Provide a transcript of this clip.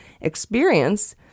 experience